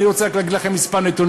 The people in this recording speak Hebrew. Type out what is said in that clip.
אני רוצה רק להגיד לכם כמה נתונים,